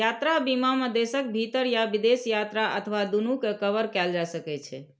यात्रा बीमा मे देशक भीतर या विदेश यात्रा अथवा दूनू कें कवर कैल जा सकै छै